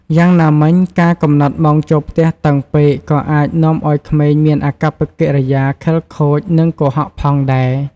យ៉ាងណាមិញ ការកំណត់ម៉ោងចូលផ្ទះតឹងពេកក៏អាចនាំឱ្យក្មេងមានអាកប្បកិរិយាខិលខូច និងកុហកផងដែរ។